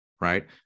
right